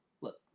look